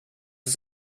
ist